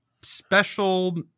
special